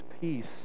peace